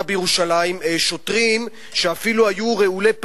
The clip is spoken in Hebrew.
בירושלים שוטרים שאפילו היו רעולי פנים,